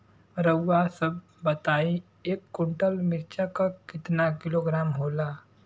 रउआ सभ बताई एक कुन्टल मिर्चा क किलोग्राम होला?